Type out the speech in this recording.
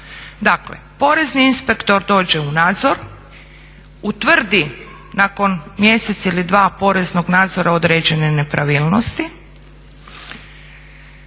Dakle, porezni inspektor dođe u nadzor, utvrdi nakon mjesec ili dva poreznog nadzora određene nepravilnosti,